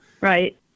Right